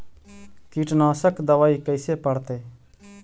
कीटनाशक दबाइ कैसे पड़तै है?